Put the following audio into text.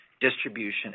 distribution